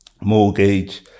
Mortgage